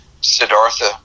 Siddhartha